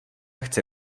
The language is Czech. chce